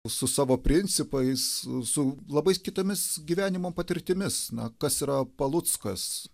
su savo principais su labai kitomis gyvenimo patirtimis na kas yra paluckas